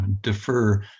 defer